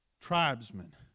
tribesmen